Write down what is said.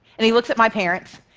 and he looks at my parents,